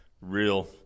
real